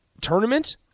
tournament